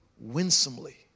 winsomely